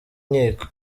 nkiko